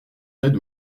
aides